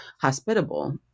hospitable